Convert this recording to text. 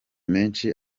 menshi